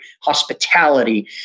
hospitality